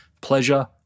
pleasure